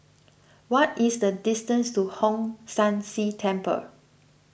what is the distance to Hong San See Temple